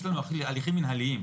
יש לנו הליכים מנהליים.